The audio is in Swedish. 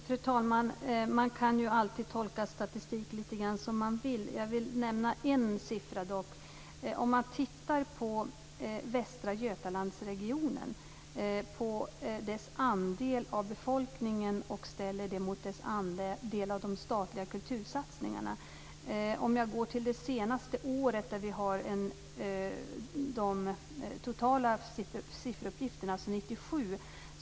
Fru talman! Man kan ju alltid tolka statistik lite grann som man vill. Jag vill dock nämna en siffra. Man kan ställa andelen av befolkningen i Västra Götaland mot andelen av de statliga kultursatsningarna. Uppgifterna är från 1997, det år från vilket vi har de senaste totala sifferuppgifterna.